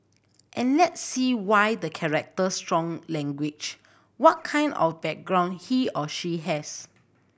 and let's see why the character strong language what kind of background he or she has